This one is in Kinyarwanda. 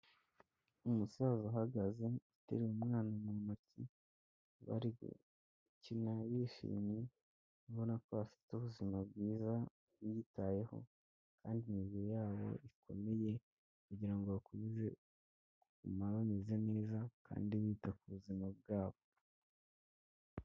Umusaza uhagaze uteruye umwana mu ntoki bari gukina bishimye ubona ko bafite ubuzima bwiza biyitayeho kandi imibiri yabo ikomeye kugira ngo bakomeze kuguma bameze neza kandi bita ku buzima bwabo.